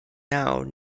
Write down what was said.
nawr